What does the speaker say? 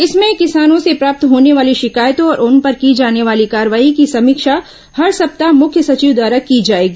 इसमें किसानों से प्राप्त होने वाली शिकायतों और उन पर की जाने वाली कार्रवाई की समीक्षा हर सप्ताह मुख्य सचिव द्वारा की जाएगी